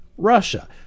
Russia